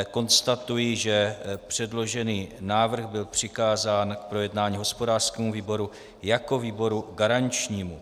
Konstatuji, že předložený návrh byl přikázán k projednání hospodářskému výboru jako výboru garančnímu.